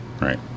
Right